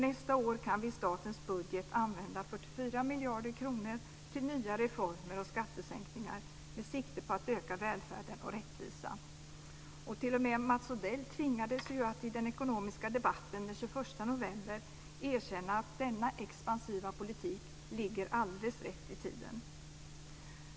Nästa år kan vi i statens budget använda 44 miljarder kronor till nya reformer och skattesänkningar med sikte på att öka välfärden och rättvisan. Till och med Mats Odell tvingades ju att i den ekonomiska debatten den 21 november erkänna att denna expansiva politik ligger alldeles rätt i tiden.